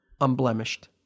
unblemished